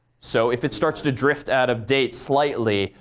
so if it starts to drift out of date slightly,